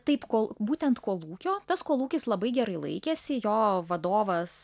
taip kol būtent kolūkio tas kolūkis labai gerai laikėsi jo vadovas